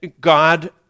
God